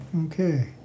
Okay